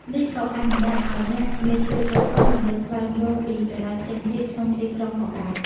នេះក៏អនុញ្ញាតឱ្យអ្នកមានពេលគ្រប់គ្រាន់ដើម្បីស្វែងយល់ពីកន្លែងផ្សេងទៀតក្នុងទីក្រុងផងដែរ